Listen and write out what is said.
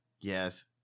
Yes